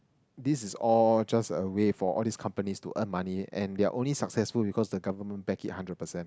this is all just a way for all these companies to earn money and they are only successful because the government back it hundred percent